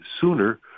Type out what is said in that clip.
sooner